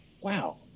wow